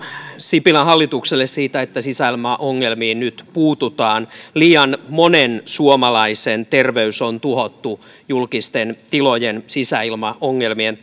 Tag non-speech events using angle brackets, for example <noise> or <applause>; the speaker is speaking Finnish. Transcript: sipilän hallitukselle siitä että sisäilmaongelmiin nyt puututaan liian monen suomalaisen terveys on tuhottu julkisten tilojen sisäilmaongelmien <unintelligible>